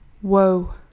whoa